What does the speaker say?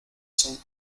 son